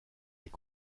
est